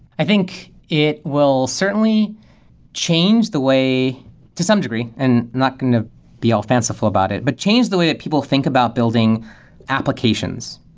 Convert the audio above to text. i think it will certainly change the way to some degree and not going to be all fanciful about it, but change the way that people think about building applications.